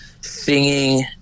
singing